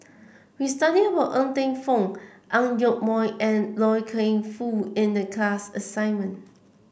we studied about Ng Teng Fong Ang Yoke Mooi and Loy Keng Foo in the class assignment